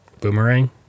Boomerang